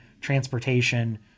transportation